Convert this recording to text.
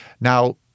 Now